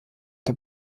der